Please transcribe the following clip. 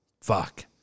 Fuck